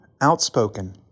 Outspoken